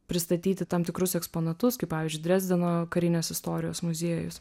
pristatyti tam tikrus eksponatus kaip pavyzdžiui drezdeno karinės istorijos muziejus